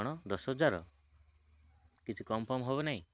ଆପଣ ଦଶ ହଜାର କିଛି କମ୍ ଫମ୍ ହବ ନାହିଁ